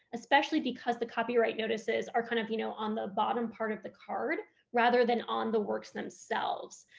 especially because the copyright notices are kind of, you know, on the bottom part of the card rather than on the works themselves.